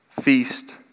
feast